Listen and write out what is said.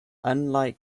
unlike